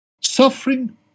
suffering